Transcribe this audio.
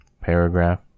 Paragraph